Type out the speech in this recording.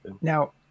Now